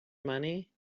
money